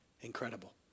incredible